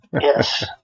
Yes